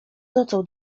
nocą